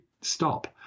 stop